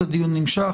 הדיון נמשך.